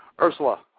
Ursula